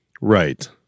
Right